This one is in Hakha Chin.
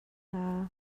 hna